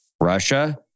Russia